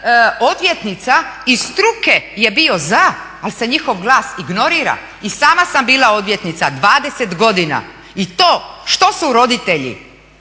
odvjetnica iz struke je bio za, ali se njihov glas ignorira. I sama sam bila odvjetnica 20 godina i to što su roditelji